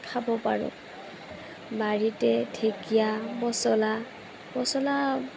খাব পাৰোঁ বাৰীতে ঢেঁকীয়া পচলা পচলা